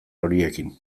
horiekin